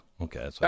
Okay